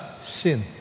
sin